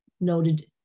noted